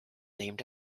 named